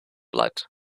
blood